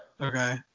Okay